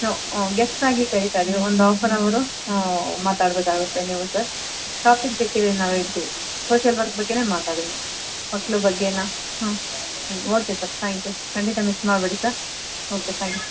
ನಾವು ಗೆಸ್ಟಾಗಿ ಕರಿತಾಯಿದ್ದೀವಿ ಒಂದು ಹಾಫ್ ಆನ್ ಅವರು ಮಾತಾಡಬೇಕಾಗುತ್ತೆ ನೀವು ಸರ್ ಟಾಪಿಕ್ ಬೇಕಿದ್ದರೆ ನಾವು ಹೇಳ್ತೀವಿ ಸೋಷ್ಯಲ್ ವರ್ಕ್ ಬಗ್ಗೆಯೇ ಮಾತಾಡಿ ನೀವು ಮಕ್ಕಳು ಬಗ್ಗೆಯಾ ಹಾಂ ಹ್ಞೂ ಓಕೆ ಸರ್ ತ್ಯಾಂಕ್ ಯು ಖಂಡಿತ ಮಿಸ್ ಮಾಡಬೇಡಿ ಸರ್ ಓಕೆ ತ್ಯಾಂಕ್ಸ್